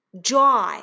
joy